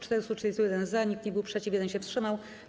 431- za, nikt nie był przeciw, 1 się wstrzymał.